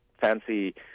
fancy